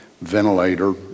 ventilator